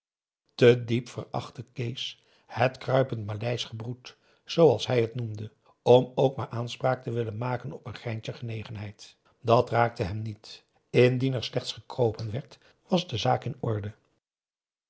te diep verachtte kees het kruipend maleisch gebroed zooals hij het noemde om ook maar aanspraak te willen maken op een greintje genegenheid dàt raakte hem niet indien er slechts gekropen werd was de zaak in orde